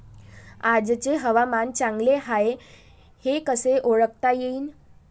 आजचे हवामान चांगले हाये हे कसे ओळखता येईन?